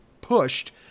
pushed